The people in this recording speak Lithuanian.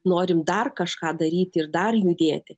norim dar kažką daryti ir dar judėti